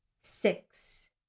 Six